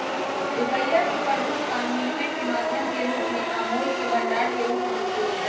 रुपइया के प्रमुख काम विनिमय के माध्यम के रूप में आ मोल के भंडार के रूप में उपयोग हइ